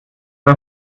das